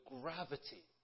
gravity